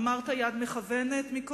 אמרת "יד מכוונת" קודם,